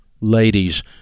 ladies